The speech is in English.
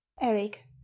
eric